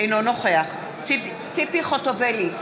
אינו נוכח ציפי חוטובלי,